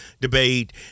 debate